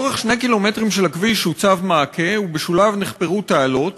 לאורך 2 קילומטרים של הכביש הוצב מעקה ובשוליו נחפרו תעלות.